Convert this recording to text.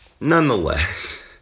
Nonetheless